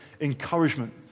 encouragement